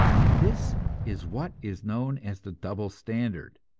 this is what is known as the double standard,